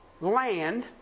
land